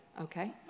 okay